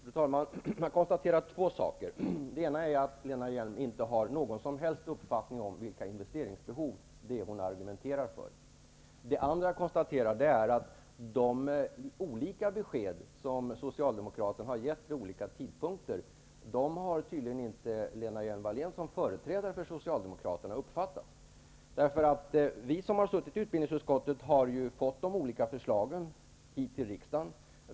Fru talman! Jag konstaterar två saker. Den ena är att Lena Hjelm-Wallén inte har någon som helst uppfattning om investeringsbehoven för det hon argumenterar för. Den andra är att de olika besked som Socialdemokraterna har gett vid olika tidpunkter har tydligen inte Lena Hjelm-Wallén som företrädare för Socialdemokraterna uppfattat. Vi som sitter i utbildningsutskottet har fått de olika förslagen till oss.